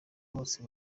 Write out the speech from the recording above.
bose